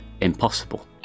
impossible